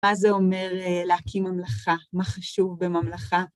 מה זה אומר להקים ממלכה? מה חשוב בממלכה?